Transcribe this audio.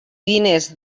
diners